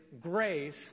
grace